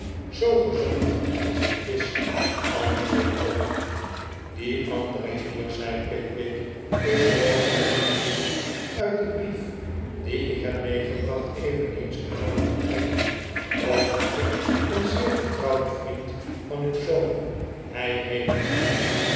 zoo gezond als een visch antwoordde bob die andere heer zei pickwick is zooals gij zien zult uit den brief dien ik heb meegebracht eveneens een nauwe betrekking of liever een zeer vertrouwd vriend van uw zoon hij heet